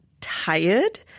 tired